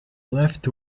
left